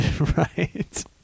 Right